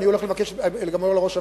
וגם לראש הממשלה: